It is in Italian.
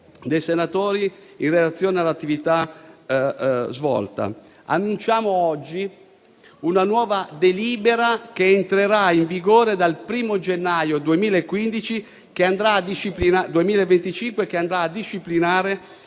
dei senatori in relazione all'attività svolta. Annunciamo oggi una nuova delibera, che entrerà in vigore il 1° gennaio 2025, per disciplinare